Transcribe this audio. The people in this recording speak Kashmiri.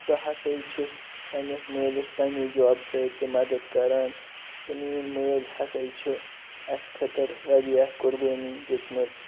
بہٕ ہَسا چھُس پَنٕنِس مٲلٕس پَننہِ جابہٕ سۭتۍ تہٕ مَدَد کَران تہٕ میٲنٛۍ مٲلۍ ہَسا چھُ اَسہِ خٲطرٕ واریاہ قُربٲنی دِژمٕژ